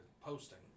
posting